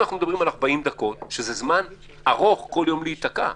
זה זמן ארוך כל יום להיתקע.